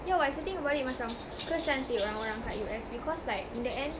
yeah but if you think about it macam kasihan seh orang orang kat U_S because like in the end